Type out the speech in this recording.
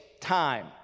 time